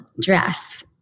dress